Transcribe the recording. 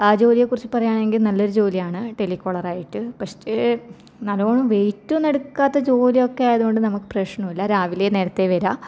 ആ ജോലിയെക്കുറിച്ച് പറയുകയാണെങ്കിൽ നല്ലൊരു ജോലി ആണ് ടെലികോളർ ആയിട്ട് പക്ഷേ നല്ലവണ്ണം വെയിറ്റ് ഒന്നും എടുക്കാത്ത ജോലി ഒക്കെ ആയതുകൊണ്ട് നമുക്ക് പ്രശ്നമില്ല രാവിലെ നേരത്തെ വരിക